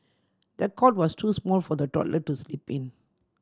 the cot was too small for the toddler to sleep in